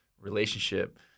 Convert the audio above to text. relationship